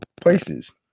places